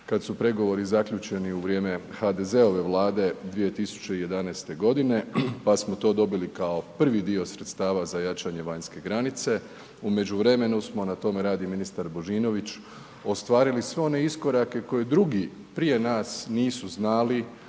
kad su pregovori zaključeni u vrijeme HDZ-ove Vlade 2011. godine, pa smo to dobili kao prvi dio sredstava za jačanje vanjske granice. U međuvremenu smo, na tome radi ministar Božinović ostvarili sve one iskorake koje drugi prije nas nisu znali,